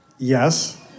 Yes